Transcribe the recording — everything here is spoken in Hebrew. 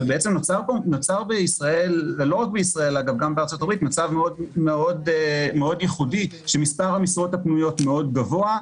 בעצם נוצר בישראל מצב מאוד ייחודי שמספר המשרות הפנויות מאוד גבוה,